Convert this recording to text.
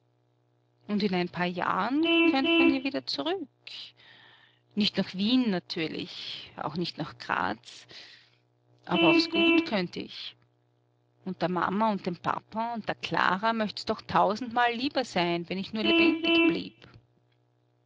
und in ein paar jahren könnt man ja wieder zurück nicht nach wien natürlich auch nicht nach graz aber aufs gut könnt ich und der mama und dem papa und der klara möcht's doch tausendmal lieber sein wenn ich nur lebendig blieb